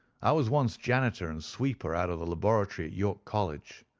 i was once janitor and sweeper out of the laboratory at york college.